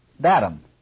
datum